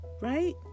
right